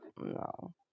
No